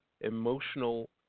emotional